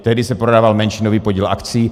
Tehdy se prodával menšinový podíl akcií.